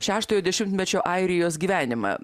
šeštojo dešimtmečio airijos gyvenimą